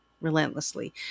relentlessly